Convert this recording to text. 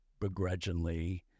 begrudgingly